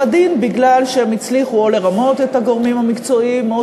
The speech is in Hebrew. הדין מפני שהם הצליחו או לרמות את הגורמים המקצועיים או